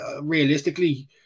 realistically